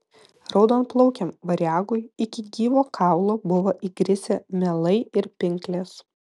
raudonplaukiam variagui iki gyvo kaulo buvo įgrisę melai ir pinklės